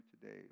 today